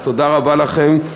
תודה רבה לכם.